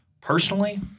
Personally